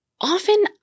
often